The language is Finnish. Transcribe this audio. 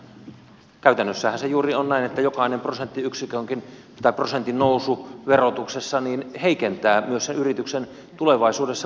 käytännössähän se juuri on näin että jokainen prosenttiyksikönkin tai prosentin nousu verotuksessa heikentää myös sen yrityksen mahdollisuutta tulevaisuudessa pärjätä